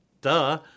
duh